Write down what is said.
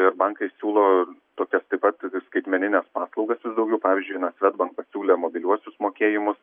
ir bankai siūlo tokias taip pat skaitmenines paslaugas vis daugiau pavyzdžiui na svedbank pasiūlė mobiliuosius mokėjimus